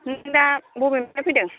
नों दा बबेनिफ्राय फैदों